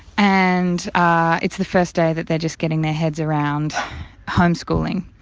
and ah it's the first day that they're just getting their heads around homeschooling.